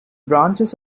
branches